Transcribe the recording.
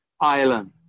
island